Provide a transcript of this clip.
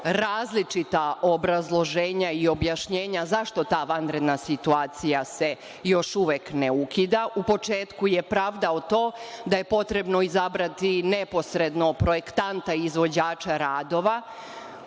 različita obrazloženja i objašnjenja zašto se ta vanredna situacija još uvek ne ukida. U početku je pravdao to da je potrebno izabrati neposredno projektanta i izvođača radova.